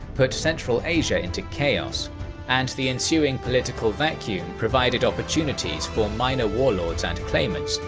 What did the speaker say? put central asia into chaos and the ensuing political vacuum provided opportunities for minor warlords and claimants,